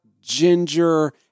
ginger